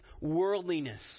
worldliness